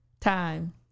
time